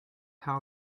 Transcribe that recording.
how